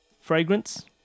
Fragrance